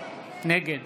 נגד